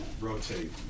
rotate